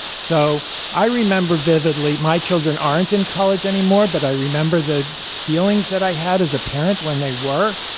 so i remember vividly my children aren't in college anymore but i remember the feelings that i had as a parent when they were.